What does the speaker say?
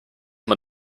man